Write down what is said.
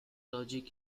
logic